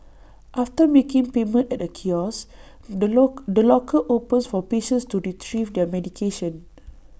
after making payment at A kiosk the lock locker opens for patients to Retrieve their medication